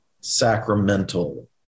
sacramental